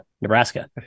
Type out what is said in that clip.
Nebraska